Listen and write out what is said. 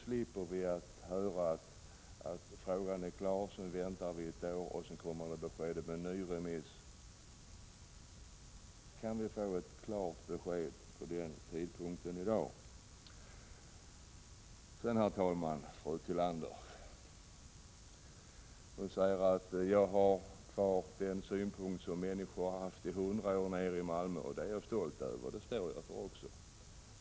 Slipper vi då höra att frågan är klar, vänta ett år och sedan få beskedet om en ny remiss? Kan vi i dag få ett klart besked om den tidpunkten? Fru Tillander säger att jag har kvar den uppfattning som människor haft i hundra år i Malmö. Det är jag stolt över, och det står jag för.